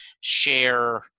share